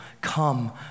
come